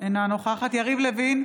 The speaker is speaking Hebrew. אינה נוכחת יריב לוין,